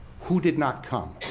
who did not come?